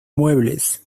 muebles